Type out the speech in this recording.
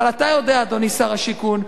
אתה יודע, אדוני שר השיכון,